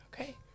okay